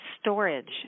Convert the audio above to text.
storage